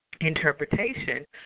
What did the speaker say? interpretation